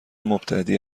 مبتدی